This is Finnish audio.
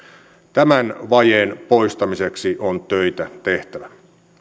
tämän vajeen poistamiseksi on töitä tehtävä